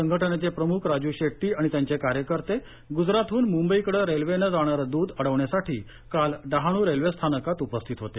संघटनेचे प्रमुख राज् शेष्टी आणि त्यांचे कार्यकर्ते गुजरातह्न मुंबई कडे रेल्वेनं जाणारं दूध अडवण्यासाठी काल डहाणू रेल्वे स्थानकात उपस्थित होते